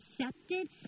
accepted